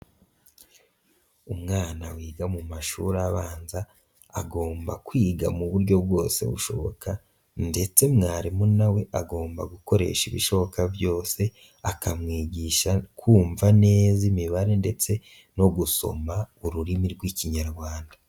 Umwana wiga mu mashuri abanza agomba kwiga mu buryo bwose bushoboka ndetse mwarimu na we agomba gukoresha ibishoboka byose, akamwigisha kumva neza imibare ndetse no gusoma ururimi rw'Ikinyarwanda.